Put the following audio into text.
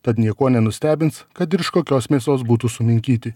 tad niekuo nenustebins kad ir iš kokios mėsos būtų suminkyti